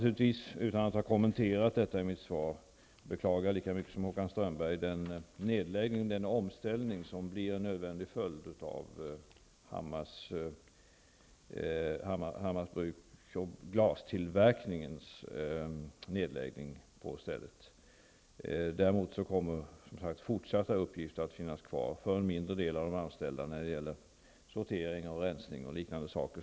Utan att ha kommenterat detta i mitt svar, beklagar jag naturligtvis lika mycket som Håkan Strömberg den nedläggning och den omställning som blir en nödvändig följd av nedläggningen av glastillverkningen vid Hammars bruk. Däremot kommer fortsatta uppgifter att finnas kvar för en mindre del av de anställda när det gäller sortering och rensning och liknande saker.